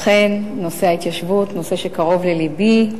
אכן, נושא ההתיישבות הוא נושא שקרוב ללבי.